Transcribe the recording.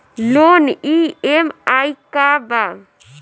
Loan EMI का बा?